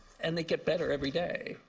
and they get better every day.